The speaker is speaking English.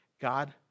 God